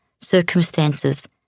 circumstances